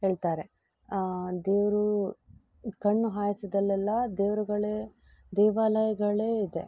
ಹೇಳ್ತಾರೆ ದೇವರು ಕಣ್ಣು ಹಾಯಸಿದಲ್ಲೆಲ್ಲ ದೇವರುಗಳೇ ದೇವಾಲಯಗಳೇ ಇದೆ